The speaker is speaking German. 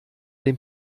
dem